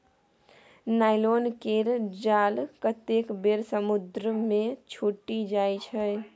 nylon केर जाल कतेक बेर समुद्रे मे छुटि जाइ छै